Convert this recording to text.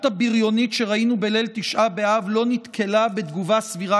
הבריונית שראינו בליל תשעה באב לא נתקלה בתגובה סבירה